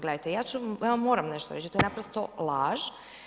Gledajte ja ću, ja vam moram nešto reći, to je naprosto laž.